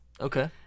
Okay